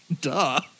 Duh